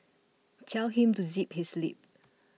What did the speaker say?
tell him to zip his lip